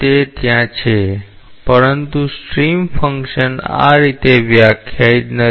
તે ત્યાં છે પરંતુ સ્ટ્રીમ ફંક્શન આ રીતે વ્યાખ્યાયિત નથી